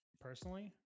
personally